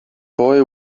boy